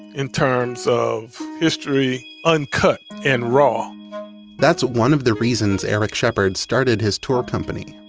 in terms of history uncut and raw that's one of the reasons eric shepherd started his tour company.